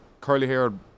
curly-haired